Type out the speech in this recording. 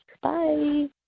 Bye